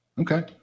Okay